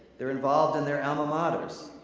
they're involved in their alma maters,